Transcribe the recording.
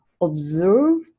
observe